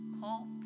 hope